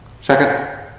second